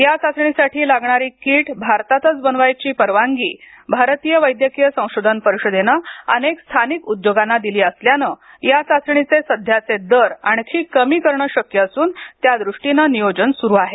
या चाचणीसाठी लागणारी कीट भारतातच बनवायची परवानगी भारतीय वैद्यकीय संशोधन परिषदेनं अनेक स्थानिक उद्योगांना दिली असल्यानं या चाचणीचे सध्याचे दर आणखी कमी करणं शक्य असून त्यादृष्टीनं नियोजन सुरू आहे